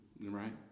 right